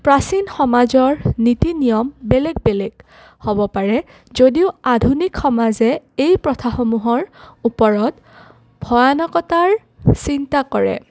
প্ৰাচীন সমাজৰ নীতি নিয়ম বেলেগ বেলেগ হ'ব পাৰে যদিও আধুনিক সমাজে এই প্ৰথাসমূহৰ ওপৰত ভয়ানকতাৰ চিন্তা কৰে